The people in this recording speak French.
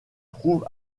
trouve